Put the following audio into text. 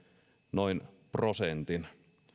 noin prosentin